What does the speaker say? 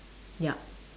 ya